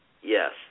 Yes